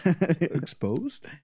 exposed